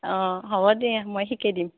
অ' হ'ব দে মই শিকাই দিম